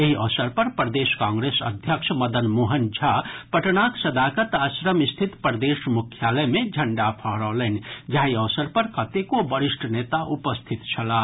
एहि अवसर पर प्रदेश कांग्रेस अध्यक्ष मदन मोहन झा पटनाक सदाकत आश्रम स्थित प्रदेश मुख्यालय मे झंडा फहरौलनि जाहि अवसर पर कतेको वरिष्ठ नेता उपस्थित छलाह